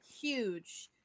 huge